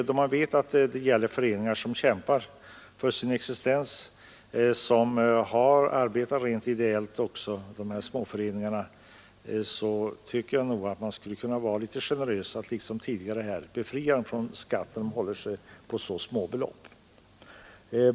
Då man vet att det gäller rent ideella småföreningar som kämpar för sin existens, borde man kunna vara litet generös och liksom tidigare befria dem från skatt när de rör sig med så små belopp.